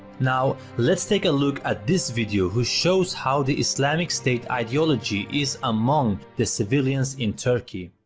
now, let's take a look at this video who shows how the islamic state ideology is among the civilians in turkey.